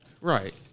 right